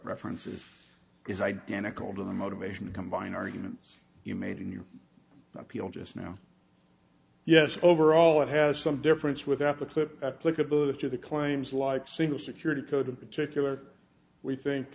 ferences is identical to the motivation to combine arguments you made in your appeal just now yes overall it has some difference without the clip applicability of the claims like single security code in particular we